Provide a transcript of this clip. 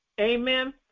Amen